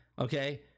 okay